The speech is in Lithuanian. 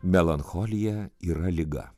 melancholija yra liga